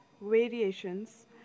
variations